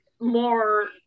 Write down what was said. more